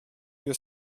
your